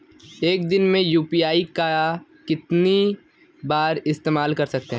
एक दिन में यू.पी.आई का कितनी बार इस्तेमाल कर सकते हैं?